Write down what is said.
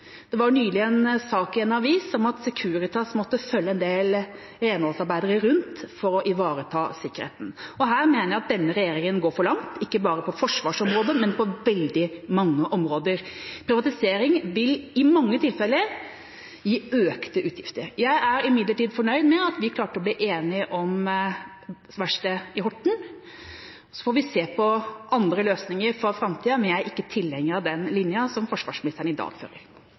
Det var nylig en sak i en avis om at Securitas måtte følge en del renholdsarbeidere rundt for å ivareta sikkerheten. Her mener jeg at denne regjeringa går for langt – ikke bare på forsvarsområdet, men på veldig mange områder. Privatisering vil i mange tilfeller gi økte utgifter. Jeg er imidlertid fornøyd med at vi klarte å bli enige om verkstedet i Horten. Så får vi se på andre løsninger for framtida, men jeg er ikke tilhenger av den linja som forsvarsministeren i dag fører.